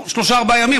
שלושה-ארבעה ימים.